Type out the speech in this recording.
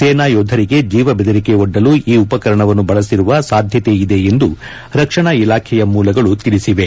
ಸೇನಾ ಯೋಧರಿಗೆ ಜೀವ ಬೆದರಿಕೆ ಒಡ್ಡಲು ಈ ಉಪಕರಣವನ್ನು ಬಳಸಿರುವ ಸಾಧ್ಯತೆ ಇದೆ ಎಂದು ರಕ್ಷಣಾ ಇಲಾಖೆಯ ಮೂಲಗಳು ತಿಳಿಸಿವೆ